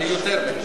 אני יותר מהם.